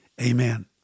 Amen